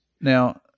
Now